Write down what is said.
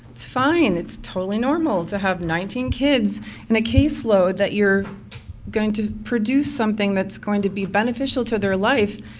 it's fine, it's totally normal to have have nineteen kids in a case load that you're going to produce something that's going to be beneficial to their life.